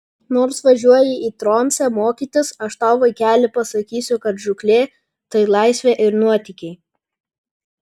nors važiuoji į tromsę mokytis aš tau vaikeli pasakysiu kad žūklė tai laisvė ir nuotykiai